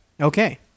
Okay